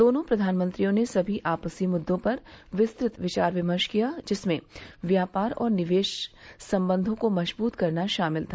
दोनों प्रधानमंत्रियों ने सभी आपसी मुद्दों पर विस्तृत विचार विमर्श किया जिसमें व्यापार और निवेश संबंधों को मजबूत करना शामिल था